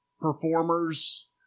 performers